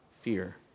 fear